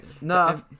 no